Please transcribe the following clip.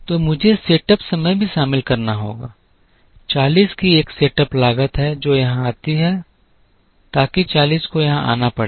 तो मुझे सेटअप समय भी शामिल करना होगा 40 की एक सेटअप लागत है जो यहां आती है ताकि 40 को यहां आना पड़े